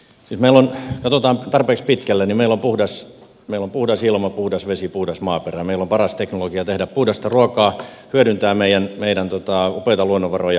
jos katsotaan tarpeeksi pitkälle niin meillä on puhdas ilma puhdas vesi puhdas maaperä meillä on paras teknologia tehdä puhdasta ruokaa hyödyntää meidän upeita luonnonvaroja